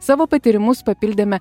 savo patyrimus papildėme